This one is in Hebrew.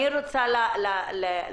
אני רוצה להדגיש: